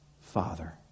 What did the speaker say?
Father